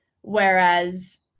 Whereas